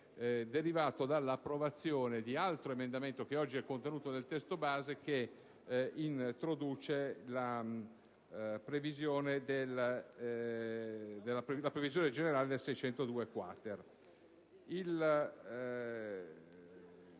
derivato dall'approvazione di altro emendamento, oggi contenuto nel testo base, che introduce la previsione generale dell'articolo